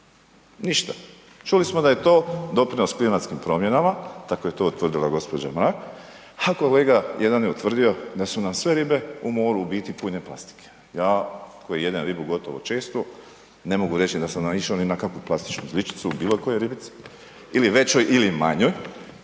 Ništa. Čuli smo da je to doprinos klimatskim promjena, dakle to je utvrdila gđa. Mrak, a kolega jedan je utvrdio da su nam sve u ribe u more u biti pune plastike. Ja koji jedem ribu gotovo eto, ne mogu reći da sam naišao ni na kakvu plastičnu žličicu u bilokojoj ribici ili većoj ili manjoj